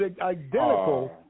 identical